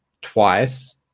twice